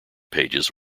pages